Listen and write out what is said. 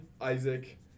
Isaac